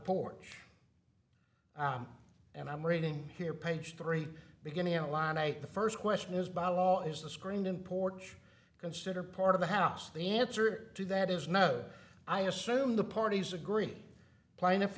porch i'm and i'm reading here page three beginning in line i the first question is by law is the screened in porch consider part of the house the answer to that is no i assume the parties agree plaintiff